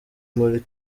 muri